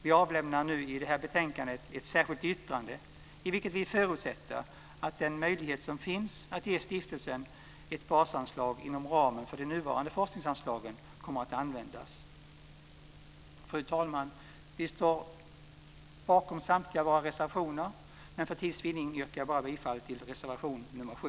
Vi avlämnar nu i det här betänkandet ett särskilt yttrande i vilket vi förutsätter att den möjlighet som finns att ge stiftelsen ett basanslag inom ramen för de nuvarande forskningsanslagen kommer att användas. Fru talman! Vi står bakom samtliga våra reservationer, men för tids vinning yrkar jag bifall bara till reservation nr 7.